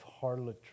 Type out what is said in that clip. harlotry